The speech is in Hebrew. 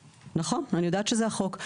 נכון אני יודעת שזה החוק.